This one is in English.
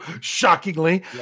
shockingly